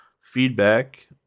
feedback